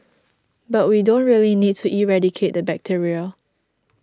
but we don't really need to eradicate the bacteria